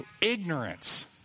ignorance